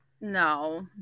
No